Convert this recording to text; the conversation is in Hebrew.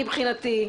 מבחינתי,